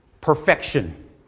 Perfection